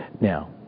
Now